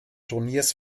turniers